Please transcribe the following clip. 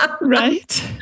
Right